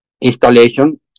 installation